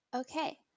Okay